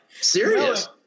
serious